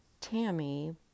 Tammy